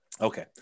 Okay